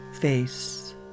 face